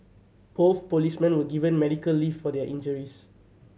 both policemen were given medical leave for their injuries